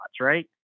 right